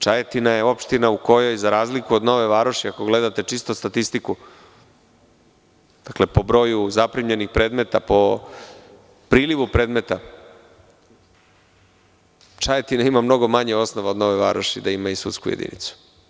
Čajetina je opština u kojoj, za razliku od Nove Varoši, ako gledate čistu statistiku, po broju zaprimljenih predmeta, po prilivu predmeta, Čajetina ima mnogo manje osnova od Nove Varoši da ima i sudsku jedinicu.